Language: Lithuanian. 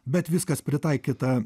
bet viskas pritaikyta